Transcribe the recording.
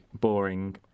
boring